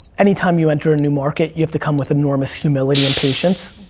any time you enter a new market, you have to come with enormous humility and patience.